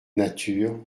nature